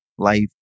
life